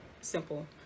simple